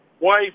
Wife